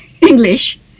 English